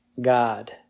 God